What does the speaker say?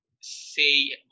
say